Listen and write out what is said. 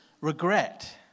regret